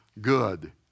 good